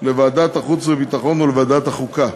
לוועדת החוץ והביטחון ולוועדת החוקה.